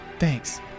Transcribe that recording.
Thanks